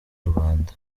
rubanda